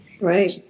right